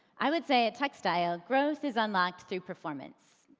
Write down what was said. i would say at textstyle growth is unlocked through performance.